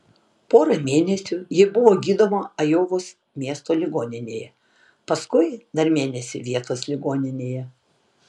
porą mėnesių ji buvo gydoma ajovos miesto ligoninėje paskui dar mėnesį vietos ligoninėje